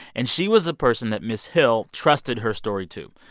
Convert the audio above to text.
and she was the person that ms. hill trusted her story to.